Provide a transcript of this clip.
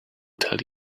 tell